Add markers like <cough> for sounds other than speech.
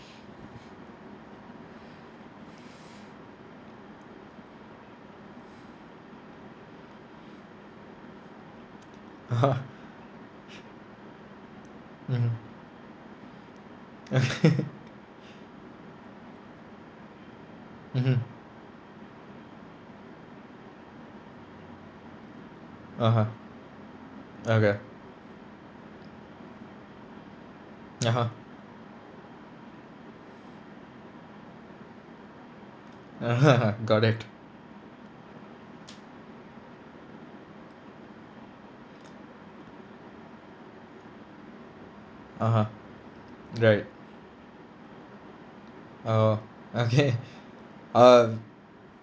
(uh huh) mmhmm okay <laughs> mmhmm (uh huh) okay (uh huh) (uh huh) <laughs> got it (uh huh) right oh okay <laughs> uh